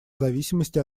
зависимости